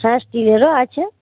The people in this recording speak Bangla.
হ্যাঁ স্টিলেরও আছে